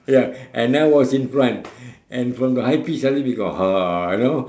ya and I know was in front and from the high pitch suddenly we got ha you know